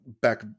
back